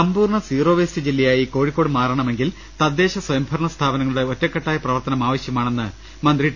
സമ്പൂർണ്ണ zero waste ജില്ലയായി കോഴിക്കോട് മാറണമെങ്കിൽ തദ്ദേശസ്വയംഭരണ സ്ഥാപനങ്ങളുടെ ഒറ്റക്കെട്ടായ പ്രവർത്തനം ആവശ്യമാണെന്ന് മന്ത്രി ടി